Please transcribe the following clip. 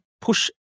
Push